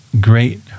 great